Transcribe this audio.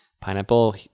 Pineapple